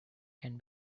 can